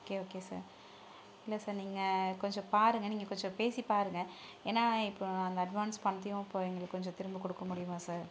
okay okay sir இல்லை sir நீங்கள் கொஞ்சம் பாருங்கள் நீங்கள் கொஞ்சம் பேசி பாருங்கள் ஏன்னா இப்போது அந்த அட்வான்ஸ் பணத்தையும் இப்போது எங்களுக்கு கொஞ்சம் திரும்ப கொடுக்க முடியுமா சார்